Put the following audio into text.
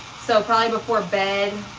so probably before bed,